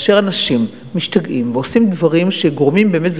כאשר אנשים משתגעים ועושים דברים שגורמים באמת,